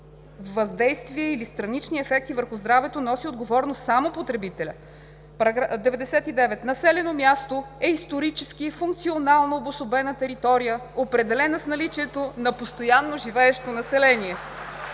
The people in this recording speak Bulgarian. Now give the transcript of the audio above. въздействие или странични ефекти върху здравето носи отговорност само потребителят. 99. „Населено място“ е исторически и функционално обособена територия, определена с наличието на постоянно живеещо население.